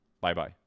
Bye-bye